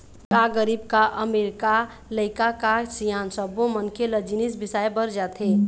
का गरीब का अमीर, का लइका का सियान सब्बो मनखे ल जिनिस बिसाए बर जाथे